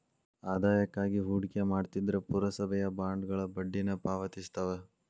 ಆದಾಯಕ್ಕಾಗಿ ಹೂಡಿಕೆ ಮಾಡ್ತಿದ್ರ ಪುರಸಭೆಯ ಬಾಂಡ್ಗಳ ಬಡ್ಡಿನ ಪಾವತಿಸ್ತವ